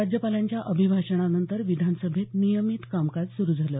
राज्यपालांच्या अभिभाषणानंतर विधानसभेत नियमित कामकाज सुरू झालं